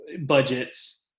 budgets